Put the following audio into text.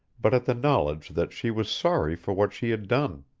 but at the knowledge that she was sorry for what she had done.